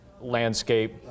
landscape